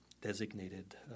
designated